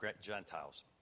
Gentiles